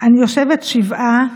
אני יושבת שבעה,